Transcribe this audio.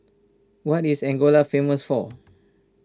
what is Angola famous for